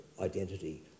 identity